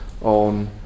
on